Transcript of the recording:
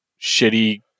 shitty